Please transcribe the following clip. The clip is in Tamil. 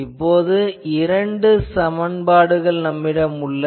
இப்போது இரண்டு சமன்பாடுகள் வருகின்றன